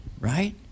right